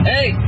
Hey